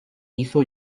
hizo